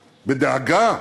בדאגה,